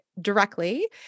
directly